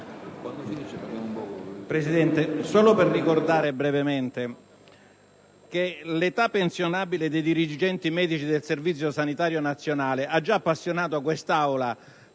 Presidente, solo per ricordare brevemente che l'età pensionabile dei dirigenti medici del Servizio sanitario nazionale ha già appassionato quest'Aula